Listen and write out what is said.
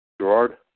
Gerard